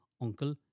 Uncle